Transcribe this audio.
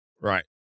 Right